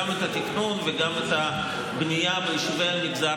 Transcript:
גם את התכנון וגם את הבנייה ביישובי המגזר,